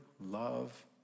love